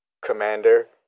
commander